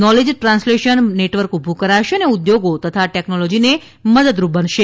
knowledge translation network ઊભું કરાશે અને ઉદ્યોગો તથા ટેક્નોલોજીને મદદરૂપ બનશે